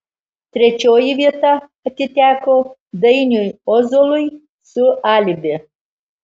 trečioji vieta atiteko dainiui ozolui su alibi